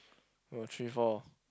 oh three four